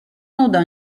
nuda